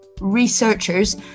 researchers